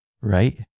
right